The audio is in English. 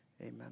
Amen